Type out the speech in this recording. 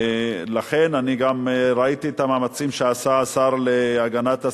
אני גם ראיתי את המאמצים שעשה השר להגנת הסביבה,